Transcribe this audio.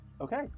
Okay